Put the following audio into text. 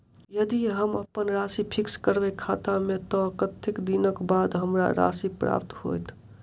यदि हम अप्पन राशि फिक्स करबै खाता मे तऽ कत्तेक दिनक बाद हमरा राशि प्राप्त होइत?